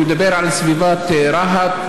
אני מדבר על סביבת רהט,